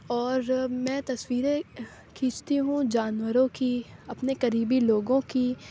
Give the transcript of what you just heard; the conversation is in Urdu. اور میں تصویریں کھینچتی ہوں جانوروں کی اپنے قریبی لوگوں کی